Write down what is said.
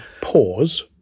Pause